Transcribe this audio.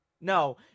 No